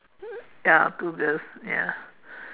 ya two girls ya